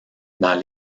dans